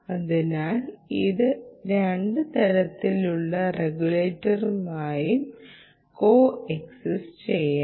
അതിനാൽ ഇത് രണ്ട് തരത്തിലുള്ള റെഗുലേറ്ററുമായും കോ എക്സിസ്റ്റ് ചെയ്യണം